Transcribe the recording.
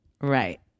Right